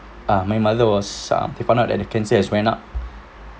ah my mother was um she find out that the twins has went out